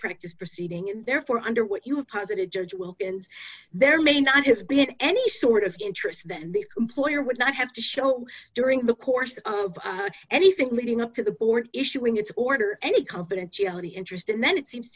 practice proceeding and therefore under what you have posited judge wilkins there may not have been any sort of interest that be employer would not have to show during the course of anything leading up to the board issuing its order any confidentiality interest and then it seems